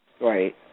Right